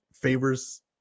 favors